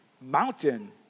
mountain